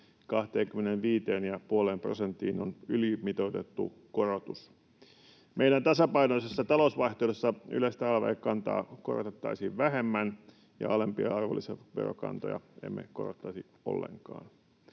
25,5 prosenttiin on ylimitoitettu korotus. Meidän tasapainoisessa talousvaihtoehdossamme yleistä alv-kantaa korotettaisiin vähemmän ja alempia arvonlisäverokantoja emme korottaisi ollenkaan.